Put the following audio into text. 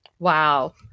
Wow